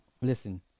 listen